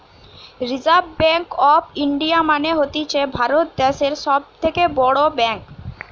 reserve Bank of India মানে হতিছে ভারত দ্যাশের সব থেকে বড় ব্যাঙ্ক